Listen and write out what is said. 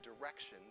directions